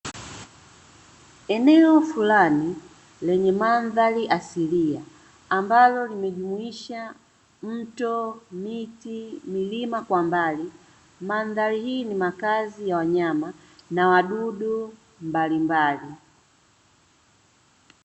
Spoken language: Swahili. Eneo fulani lenye mandhari asilia ambalo limejumuisha mto ,miti na milima kwa mbali, mandhari hii ni makazi ya wanyama na wadudu mbalimbali.